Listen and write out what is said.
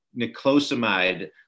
niclosamide